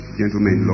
gentlemen